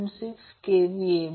तर हे सर्किट खूप सोपी गोष्ट आहे